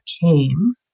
came